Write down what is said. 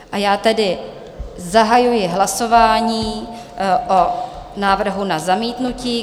A já tedy zahajuji hlasování o návrhu na zamítnutí.